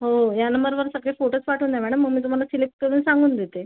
हो या नंबरवर सगळे फोटोज पाठवून द्या मॅडम मग मी तुम्हाला सिलेक्ट करून सांगून देते